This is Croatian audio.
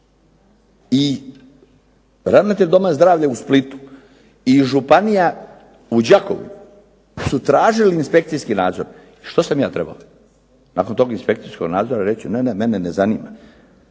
I ravnatelj Doma zdravlja u Splitu i županija u Đakovu su tražili inspekcijski nadzor. Što sam ja trebao, nakon tog inspekcijskog nadzora reći ne, ne, mene ne zanima.